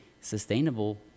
sustainable